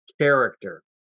character